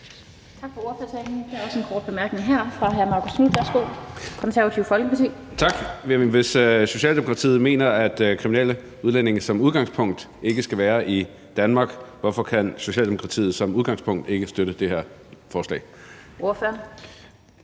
hvis Socialdemokratiet mener, at kriminelle udlændinge som udgangspunkt ikke skal være i Danmark, hvorfor kan Socialdemokratiet som udgangspunkt ikke støtte det her forslag?